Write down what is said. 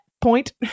point